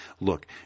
Look